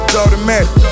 automatic